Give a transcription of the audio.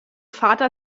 vater